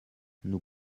nous